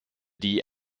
die